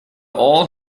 all